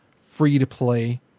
free-to-play